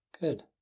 Good